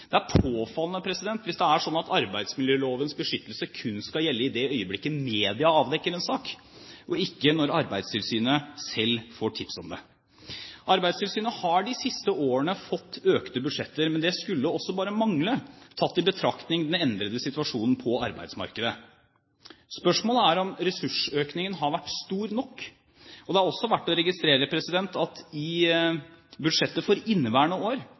Det er påfallende hvis det er slik at arbeidsmiljølovens beskyttelse kun skal gjelde i det øyeblikket media avdekker en sak, og ikke når Arbeidstilsynet selv får tips om det. Arbeidstilsynet har de siste årene fått økte budsjetter, men det skulle også bare mangle, tatt i betraktning den endrede situasjonen på arbeidsmarkedet. Spørsmålet er om ressursøkningen har vært stor nok. Det er også verdt å registrere at i budsjettet for inneværende år